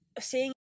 seeing